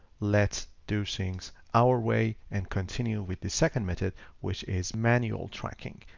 let's do things our way and continue with the second method which is manual tracking.